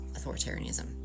authoritarianism